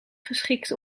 geschikt